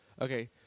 Okay